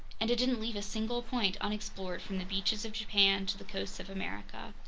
and it didn't leave a single point unexplored from the beaches of japan to the coasts of america.